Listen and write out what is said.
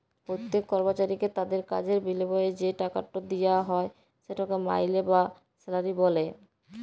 প্যত্তেক কর্মচারীকে তাদের কাজের বিলিময়ে যে টাকাট দিয়া হ্যয় সেটকে মাইলে বা স্যালারি ব্যলে